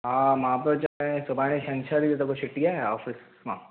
हा मां पियो चवां सुभाणे छेंछर थी त छुटी हूंदे न ऑफिस मां